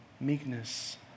meekness